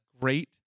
great